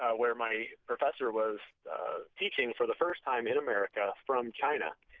ah where my professor was teaching for the first time in america from china.